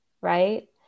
Right